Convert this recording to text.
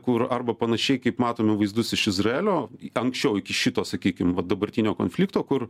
kur arba panašiai kaip matome vaizdus iš izraelio anksčiau iki šito sakykim va dabartinio konflikto kur